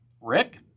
Rick